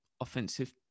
offensive